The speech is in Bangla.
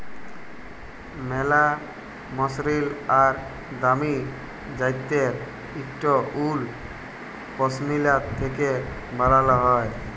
ম্যালা মসরিল আর দামি জ্যাত্যের ইকট উল পশমিলা থ্যাকে বালাল হ্যয়